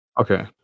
Okay